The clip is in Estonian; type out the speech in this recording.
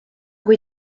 kui